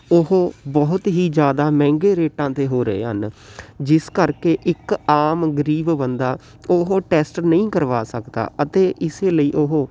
ਉਹ ਬਹੁਤ ਹੀ ਜ਼ਿਆਦਾ ਮਹਿੰਗੇ ਰੇਟਾਂ 'ਤੇ ਹੋ ਰਹੇ ਹਨ ਜਿਸ ਕਰਕੇ ਇੱਕ ਆਮ ਗਰੀਬ ਬੰਦਾ ਉਹ ਟੈਸਟ ਨਹੀਂ ਕਰਵਾ ਸਕਦਾ ਅਤੇ ਇਸੇ ਲਈ ਉਹ